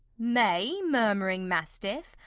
may, murmuring mastiff!